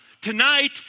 Tonight